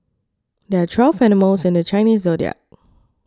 there are twelve animals in the Chinese zodiac